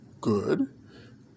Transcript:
Good